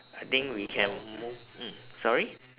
I think we can move mm sorry